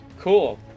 Cool